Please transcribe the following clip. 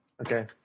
Okay